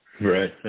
Right